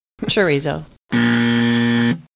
Chorizo